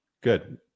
Good